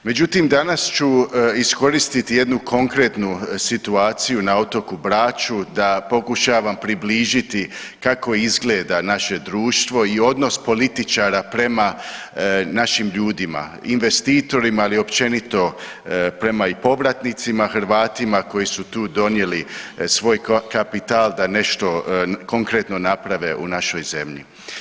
Međutim, danas ću iskoristiti jednu konkretnu situaciju na otoku Braču da pokušavam približiti kako izgleda naše društvo i odnos političara prema našim ljudima investitorima ali i općenito prema i povratnicima Hrvatima koji su tu donijeli svoj kapital da nešto konkretno naprave u našoj zemlji.